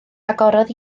agorodd